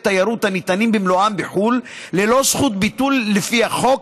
תיירות הניתנים במלואם בחו"ל ללא זכות ביטול לפי החוק,